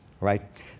right